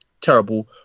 terrible